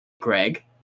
Greg